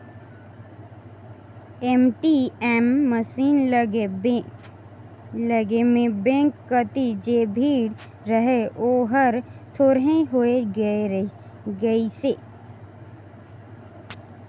ATM machine लगे में bank कति जे भीड़ रहें ओहर थोरहें होय गईसे